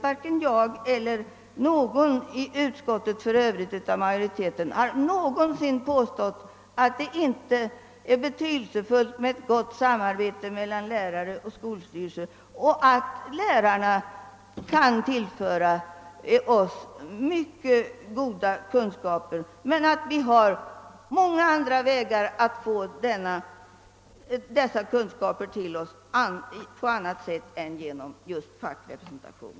Varken jag eller någon annan som tillhör majoriteten i utskottet har någonsin påstått, att ett gott samarbete mellan lärare och skolstyrelse inte skulle vara betydelsefullt eller att lärarna inte kan tillföra skolstyrelsen värdefull sakkunskap, men vi anser att det finns många andra vägar att inhämta denna sakkunskap än genom att konservera fackrepresentation.